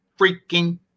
freaking